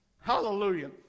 Hallelujah